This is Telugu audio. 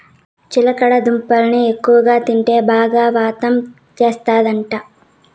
చిలకడ దుంపల్ని ఎక్కువగా తింటే బాగా వాతం చేస్తందట